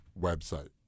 website